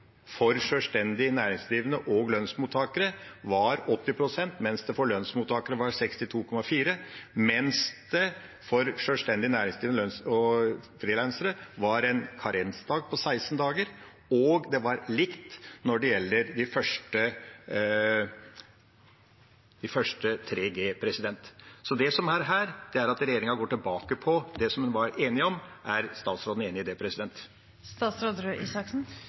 for sjølstendig næringsdrivende og frilansere var 80 pst. mens det for lønnsmottakere var 62,4 pst. For sjølstendig næringsdrivende og frilansere var det 16 karensdager, og det var likt når det gjelder de første 3G. Så her går regjeringa tilbake på det en var enige om. Er statsråden enig i det?